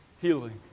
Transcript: healing